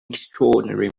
extraordinary